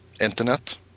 internet